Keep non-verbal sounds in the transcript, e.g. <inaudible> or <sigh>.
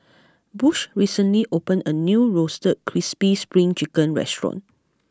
<noise> Bush recently opened a new Roasted Crispy Spring Chicken restaurant